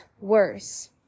worse